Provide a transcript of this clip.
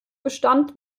bestand